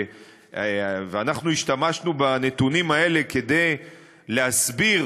ואנחנו השתמשנו בנתונים האלה כדי להסביר